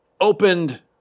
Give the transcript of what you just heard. opened